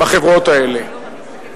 בחברות האלה.